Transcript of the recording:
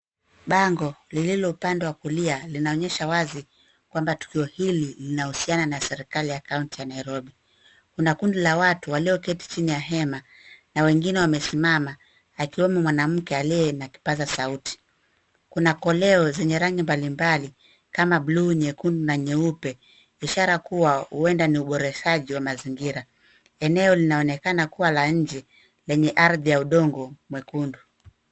Bango lililopandwa kulia, linaonyesha wazi, kwamba tukio hili linahusiana na serikali ya kaunti ya Nairobi. Kuna kundi la watu walioketi chini ya hema, na wengine wamesimama, akiwemo mwanamke aliye na kipaza sauti. Kuna koleo zenye rangi mbalimbali, kama bluu, nyekundu, na nyeupe, ishara kuwa huenda ni uboreshaji wa mazingira. Eneo linaonekana kuwa la nje, lenye ardhi ya udongo mwekundu.